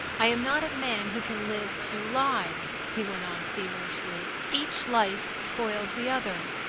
i am not a man who can live two lives, he went on feverishly. each life spoils the other.